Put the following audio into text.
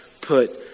put